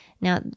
Now